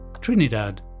Trinidad